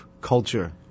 culture